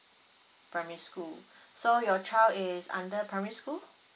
primary school so your child is under primary school